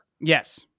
Yes